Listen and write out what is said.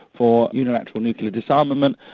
for unilateral nuclear disarmament,